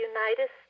United